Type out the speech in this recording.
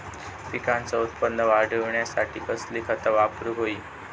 पिकाचा उत्पन वाढवूच्यासाठी कसली खता वापरूक होई?